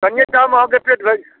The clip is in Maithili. कनिएटामे अहाँके पेट भरि